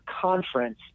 conference